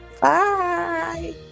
Bye